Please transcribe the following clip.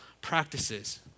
practices